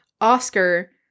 Oscar